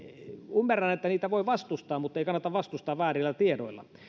ymmärrän että voi vastustaa mutta ei kannata vastustaa väärillä tiedoilla